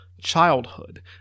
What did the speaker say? Childhood